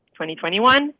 2021